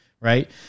right